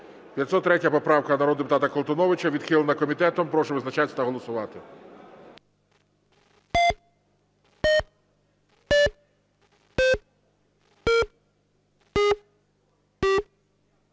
503 поправка народного депутата Колтуновича. відхилена комітетом. Прошу визначатися та голосувати.